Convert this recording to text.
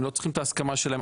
הם לא צריכים את ההסכמה שלהם,